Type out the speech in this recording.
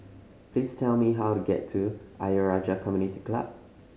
please tell me how to get to Ayer Rajah Community Club